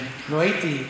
כן, לא הייתי כאן.